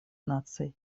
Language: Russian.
наций